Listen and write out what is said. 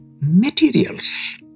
materials